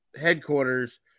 headquarters